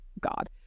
God